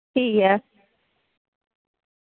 ठीक ऐ